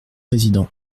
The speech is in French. président